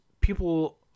people